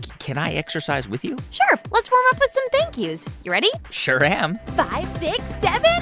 can i exercise with you? sure. let's warm up with some thank yous. you ready? sure am five, six, seven,